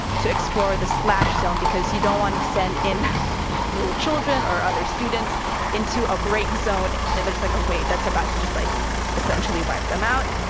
to explore the splash zone, because you don't wanna send in little children or other students into a break zone, and there's like a wave that's about to just like essentially wipe them out.